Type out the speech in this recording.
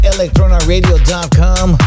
ElectronaRadio.com